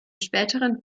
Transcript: späteren